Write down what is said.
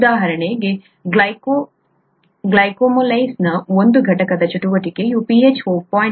ಉದಾಹರಣೆಗೆ ಗ್ಲುಕೋಅಮೈಲೇಸ್ನ ಒಂದು ಘಟಕದ ಚಟುವಟಿಕೆಯು pH 4